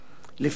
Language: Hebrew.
לפי דין,